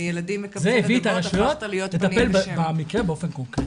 זה הביא את הרשויות לטפל במקרה באופן קונקרטי.